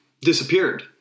disappeared